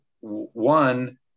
one